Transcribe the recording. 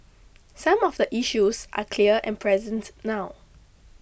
some of the issues are clear and present now